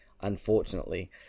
unfortunately